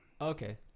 Okay